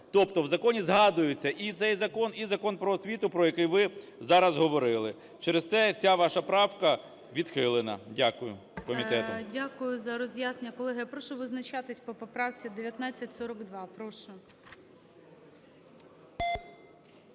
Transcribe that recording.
Тобто в законі згадується і цей закон, і Закон "Про освіту", про який ви зараз говорили. Через те ця ваша правка відхилена, дякую, комітетом. ГОЛОВУЮЧИЙ. Дякую за роз'яснення. Колеги, я прошу визначатись по поправці 1942. Прошу.